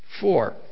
Four